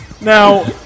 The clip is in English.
Now